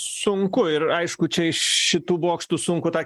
sunku ir aišku čia iš šitų bokštų sunku tą